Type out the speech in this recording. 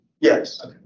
Yes